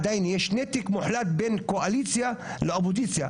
עדיין יש נתק מוחלט בין קואליציה לאופוזיציה.